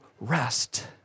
rest